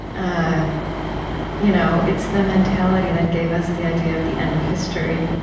ah you know it's the mentality that gave us the idea of the end of history,